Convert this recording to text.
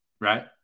right